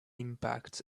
impact